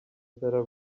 better